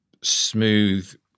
smooth